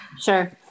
Sure